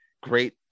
great